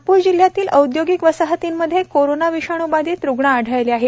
नागपूर जिल्ह्यातील औदयोगिक वसाहतींमध्ये कोरोना विषाणूबाधित रुग्ण आढळले आहेत